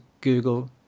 Google